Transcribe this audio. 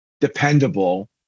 dependable